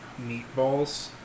meatballs